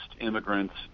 immigrants